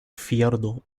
fiordo